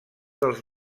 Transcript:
dels